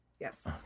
Yes